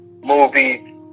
movies